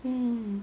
mm